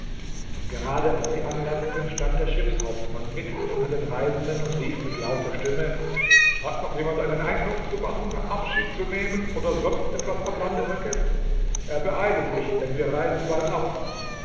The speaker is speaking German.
denn gerade als sie anlangten stand der schiffshauptmann mitten unter den reisenden und rief mit lauter stimme hat noch jemand einen einkauf zu machen abschied zu nehmen oder sonst etwas am lande vergessen er beeile sich denn wir reisen bald ab